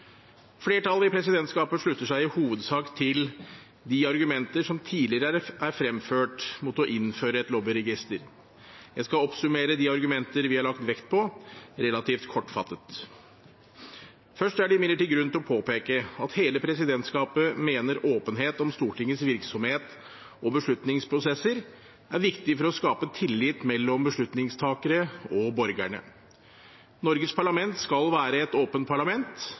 Flertallet i presidentskapet slutter seg i hovedsak til de argumenter som tidligere er fremført mot å innføre et lobbyregister. Jeg skal oppsummere de argumenter vi har lagt vekt på, relativt kortfattet. Først er det imidlertid grunn til å påpeke at hele presidentskapet mener åpenhet om Stortingets virksomhet og beslutningsprosesser er viktig for å skape tillit mellom beslutningstakere og borgerne. Norges parlament skal være et åpent parlament,